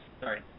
Sorry